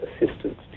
assistance